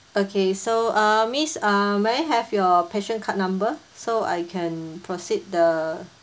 okay so uh miss uh may I have your passion card number so I can proceed the